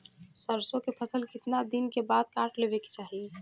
सरसो के फसल कितना दिन के बाद काट लेवे के चाही?